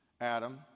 Adam